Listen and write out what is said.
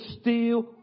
steal